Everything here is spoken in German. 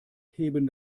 heben